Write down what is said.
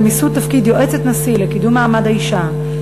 מיסוד תפקיד יועצת נשיא לקידום מעמד האישה,